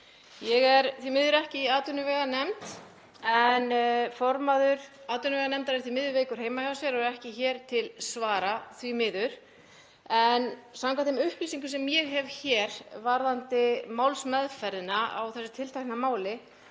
Ég er því miður ekki í atvinnuveganefnd og formaður atvinnuveganefndar er því miður veikur heima hjá sér og ekki hér til svara. En samkvæmt þeim upplýsingum sem ég hef varðandi málsmeðferðina á þessu tiltekna máli